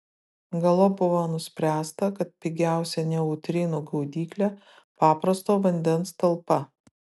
galop buvo nuspręsta kad pigiausia neutrinų gaudyklė paprasto vandens talpa